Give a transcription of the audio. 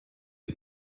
the